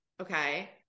okay